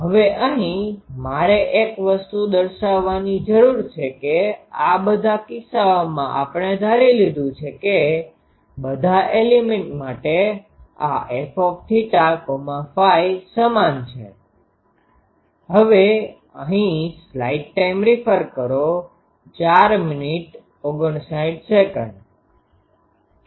હવે અહીં મારે એક વસ્તુ દર્શાવવાની જરૂર છે કે આ બધા કિસ્સાઓમાં આપણે ધારી લીધું છે કે બધા એલીમેન્ટ માટે આ fθΦ સમાન છે